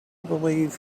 believe